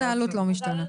אז העלות לא משתנה.